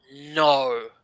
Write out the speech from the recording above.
No